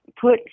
put